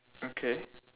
okay